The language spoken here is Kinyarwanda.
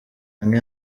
hamwe